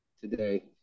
today